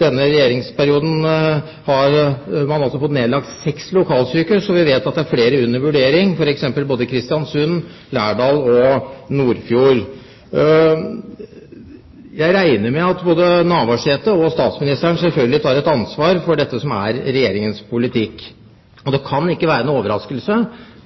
denne regjeringsperioden har man nedlagt seks lokalsykehus, og vi vet at det er flere under vurdering, f.eks. både i Kristiansund, Lærdal og Nordfjord. Jeg regner med at både Navarsete og statsministeren selvfølgelig tar et ansvar for dette, som er Regjeringens politikk. Det kan ikke være noen overraskelse,